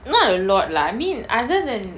not a lot lah I mean other than